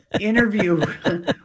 interview